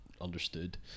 understood